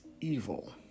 evil